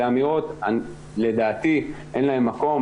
לאמירות האלה לדעתי אין מקום,